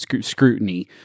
scrutiny